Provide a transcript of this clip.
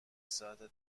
ساعته